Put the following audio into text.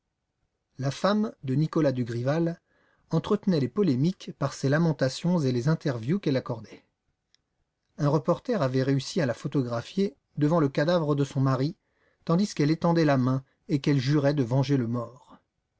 la femme de nicolas dugrival entretenait les polémiques par ses lamentations et les interviews qu'elle accordait un reporter avait réussi à la photographier devant le cadavre de son mari tandis qu'elle étendait la main et qu'elle jurait de venger le mort